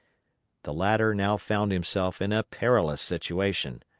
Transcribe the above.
the latter now found himself in a perilous situation.